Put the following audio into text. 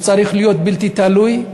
הוא צריך להיות בלתי תלוי,